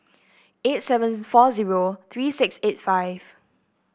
eight seven four zero three six eight five